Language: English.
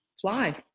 fly